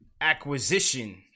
acquisition